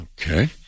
Okay